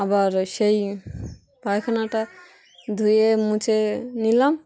আবার সেই পায়খানাটা ধুয়ে মুছে নিলাম